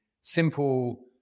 simple